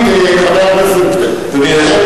תמיד,